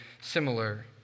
similar